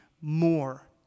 more